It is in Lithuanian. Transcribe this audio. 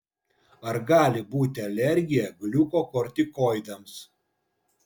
ar gali būti alergija gliukokortikoidams